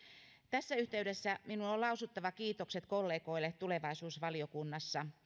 tässä yhteydessä minun on on lausuttava kiitokset kollegoille tulevaisuusvaliokunnassa